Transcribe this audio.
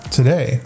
Today